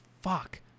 Fuck